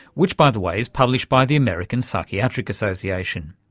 which by the way is published by the american psychiatric association.